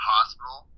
Hospital